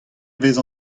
vez